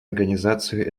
организацию